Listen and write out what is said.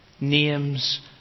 Names